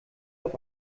auf